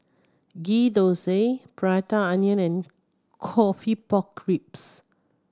Ghee Thosai Prata Onion and coffee pork ribs